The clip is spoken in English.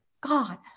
God